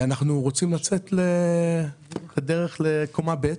אנחנו רוצים לצאת לקומה ב'